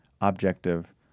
objective